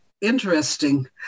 interesting